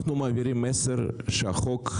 מעבירים מסר שהחוק,